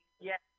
yes